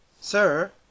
Sir